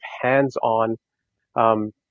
hands-on